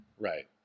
Right